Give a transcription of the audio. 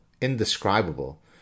indescribable